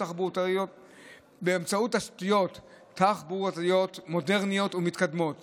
באמצעות תשתיות תחבורתיות מודרניות ומתקדמות.